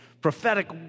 Prophetic